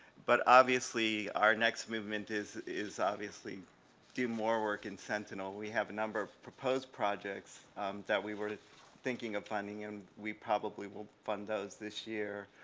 but obviously our next movement is is obviously do more work in sentinel we have a number of proposed projects that we were thinking of funding and we probably will fund those this year.